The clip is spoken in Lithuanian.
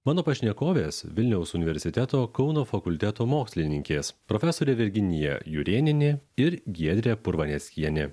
mano pašnekovės vilniaus universiteto kauno fakulteto mokslininkės profesorė virginija jurėnienė ir giedrė purvaneckienė